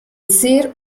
sir